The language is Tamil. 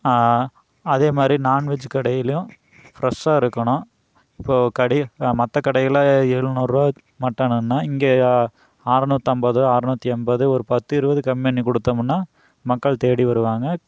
அதே மாதிரி நான்வெஜ்ஜு கடையிலையும் ஃப்ரெஷ்ஷாக இருக்கணும் இப்போது கடையை மற்ற கடையில் எழுநூறுபா மட்டனுனால் இங்கே அறநூற்றம்பதோ அறுநூத்தி எண்பது ஒரு பத்து இருபது கம்மி பண்ணி கொடுத்தமுன்னா மக்கள் தேடி வருவாங்க